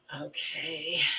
Okay